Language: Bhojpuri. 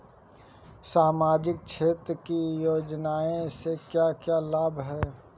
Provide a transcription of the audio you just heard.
सामाजिक क्षेत्र की योजनाएं से क्या क्या लाभ है?